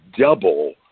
double